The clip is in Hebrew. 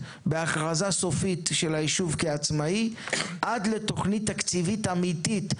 בהכרזה סופית של היישוב כעצמאי עד לתוכנית תקציבית אמיתית,